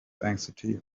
anxiety